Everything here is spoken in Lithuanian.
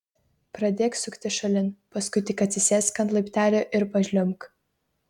pradėk suktis šalin paskui tik atsisėsk ant laiptelio ir pažliumbk